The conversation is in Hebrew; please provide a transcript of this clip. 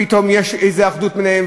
פתאום יש איזו אחדות ביניהם.